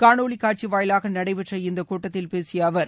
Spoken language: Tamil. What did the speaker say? காணொலி காட்சி வாயிலாக நடைபெற்ற இந்தக் கூட்டத்தில் பேசிய அவர்